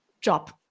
job